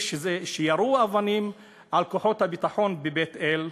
שירו אבנים על כוחות הביטחון בבית-אל,